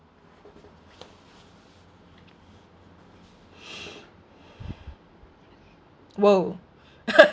!whoa!